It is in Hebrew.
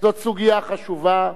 זאת סוגיה חשובה.